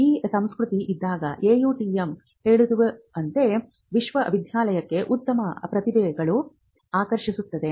ಆ ಸಂಸ್ಕೃತಿ ಇದ್ದಾಗ AUTM ಹೇಳುವುದೇನೆಂದರೆ ವಿಶ್ವವಿದ್ಯಾಲಯಕ್ಕೆ ಉತ್ತಮ ಪ್ರತಿಭೆಗಳನ್ನು ಆಕರ್ಷಿಸುತ್ತದೆ